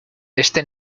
este